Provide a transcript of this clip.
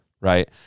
Right